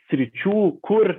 sričių kur